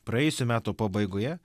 praėjusių metų pabaigoje